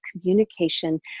communication